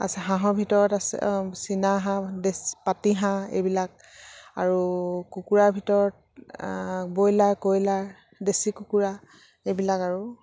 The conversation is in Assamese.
আছে হাঁহৰ ভিতৰত আছে চীনা হাঁহ দে পাতি হাঁহ এইবিলাক আৰু কুকুৰাৰ ভিতৰত ব্ৰইলাৰ কইলাৰ দেচী কুকুৰা এইবিলাক আৰু